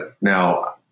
now